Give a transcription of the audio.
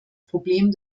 problem